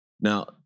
Now